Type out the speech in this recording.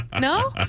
No